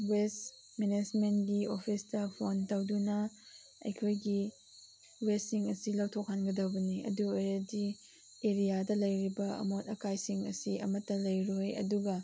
west ꯃꯦꯅꯦꯖꯃꯦꯟꯒꯤ ꯑꯣꯐꯤꯁꯇ phone ꯇꯧꯗꯨꯅ ꯑꯩꯈꯣꯏꯒꯤ ꯋꯦꯁꯁꯤꯡ ꯑꯁꯤ ꯂꯧꯊꯣꯛꯍꯟꯒꯗꯕꯅꯤ ꯑꯗꯨ ꯑꯣꯏꯔꯗꯤ ꯑꯦꯔꯤꯌꯥꯗ ꯂꯩꯔꯤꯕ ꯑꯃꯣꯠ ꯑꯀꯥꯏꯁꯤꯡ ꯑꯁꯤ ꯑꯃꯠꯇ ꯂꯩꯔꯣꯏ ꯑꯗꯨꯒ